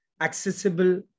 accessible